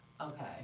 Okay